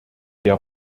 der